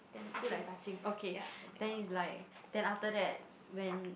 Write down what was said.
feel like touching okay then is like then after that when